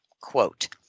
quote